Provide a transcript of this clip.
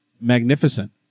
magnificent